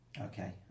Okay